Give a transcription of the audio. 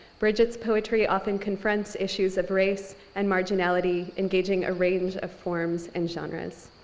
bridget's poetry often confronts issues of race and marginality, engaging a range of forms and genres.